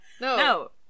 No